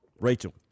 Rachel